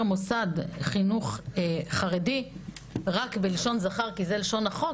מוסד חינוך חרדי רק בלשון זכר כי זה לשון החוק?